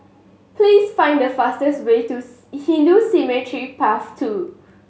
please find the fastest way to Hindu Cemetery Path Two